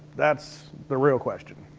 that's the real question.